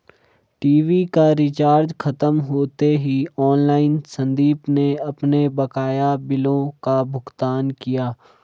TV का recharge खत्म होते ही ऑनलाइन संदीप ने अपने बकाया बिलों का भुगतान किया